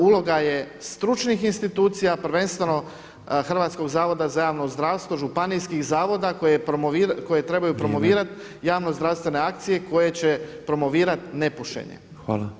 Uloga je stručnih institucija, prvenstveno Hrvatskog zavoda za javno zdravstvo, županijskih zavoda koje trebaju [[Upadica Petrov: Vrijeme.]] promovirati javnozdravstvene akcije koje će promovirati nepušenje.